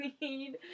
need